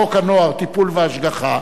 חוק הנוער (טיפול והשגחה)